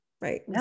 right